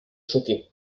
choquée